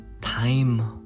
time